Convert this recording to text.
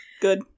good